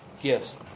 gifts